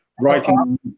writing